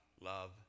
love